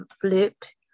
flipped